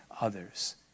others